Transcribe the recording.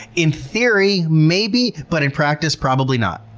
in theory, maybe? but in practice, probably not.